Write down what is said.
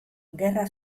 gerra